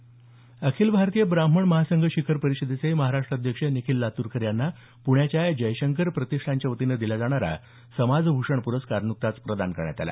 महाराष्ट अखिल भारतीय ब्राह्मण महासंघ शिखर परिषदेचे महाराष्ट अध्यक्ष निखील लातूरकर यांना प्ण्याच्या जयशंकर प्रतिष्ठानच्या वतीनं दिला जाणारा समाज भूषण प्रस्कार नुकताच प्रदान करण्यात आला